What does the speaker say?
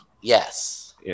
Yes